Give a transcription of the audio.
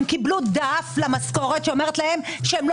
הם קיבלו דף למשכורת שאומר להם שהם לא